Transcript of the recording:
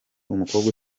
umukobwa